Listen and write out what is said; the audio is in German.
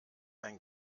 ein